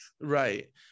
right